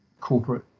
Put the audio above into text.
corporate